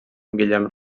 guillem